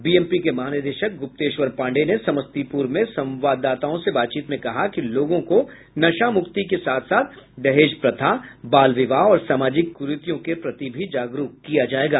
BMP के महानिदेशक गुप्तेश्वर पांडेय ने समस्तीपुर में संवाददाताओं से बातचीत में कहा कि लोगों को नशामुक्ति के साथ साथ दहेज प्रथा बाल विवाह और सामाजिक कुरितियों के प्रति भी जागरूक किया जायेगा